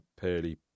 purely